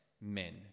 men